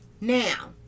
Now